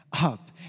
up